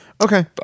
Okay